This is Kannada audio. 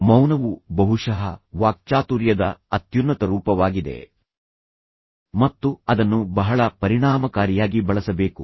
ಮೌನವು ಬಹುಶಃ ವಾಕ್ಚಾತುರ್ಯದ ಅತ್ಯುನ್ನತ ರೂಪವಾಗಿದೆ ಮತ್ತು ಅದನ್ನು ಬಹಳ ಪರಿಣಾಮಕಾರಿಯಾಗಿ ಬಳಸಬೇಕು